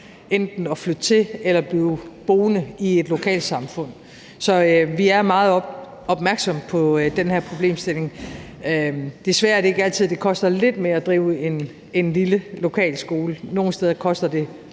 enten at flytte til eller blive boende i et lokalsamfund. Så vi er meget opmærksomme på den her problemstilling. Desværre er det ikke altid, at det koster lidt mere at drive en lille lokal skole, for nogle steder koster det